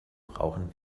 brauchen